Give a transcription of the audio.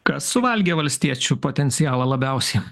kas suvalgė valstiečių potencialą labiausiai